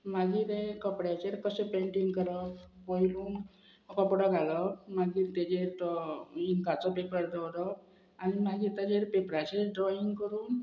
मागीर हे कपड्याचेर कशें पेंटींग करप पयलून कपडो घालप मागीर तेजेर तो इंकाचो पेपर दवरप आनी मागीर तेजेर पेपराचेर ड्रॉईंग करून